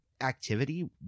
activity